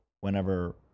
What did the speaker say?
whenever